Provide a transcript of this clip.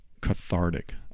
cathartic